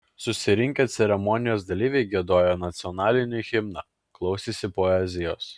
susirinkę ceremonijos dalyviai giedojo nacionalinį himną klausėsi poezijos